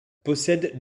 possède